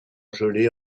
gelé